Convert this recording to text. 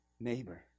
neighbor